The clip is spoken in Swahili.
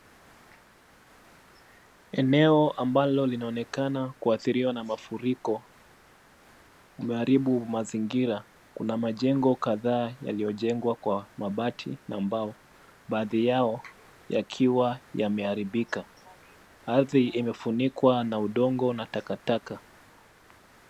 Eneo ambalo linaonekana kuathiriwa na mafuriko yameharibu mazingira. Kuna majengo kadhaa yaliyojengwa kwa mabati na mbao, baadhi yao yakiwa yameharibika. Ardhi imefunikwa na udongo na takataka.